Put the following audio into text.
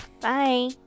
Bye